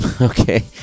Okay